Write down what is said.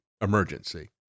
emergency